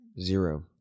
Zero